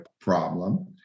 problem